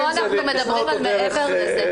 זה לשמוע אותו דרך --- פה אנחנו מדברים על מעבר לזה.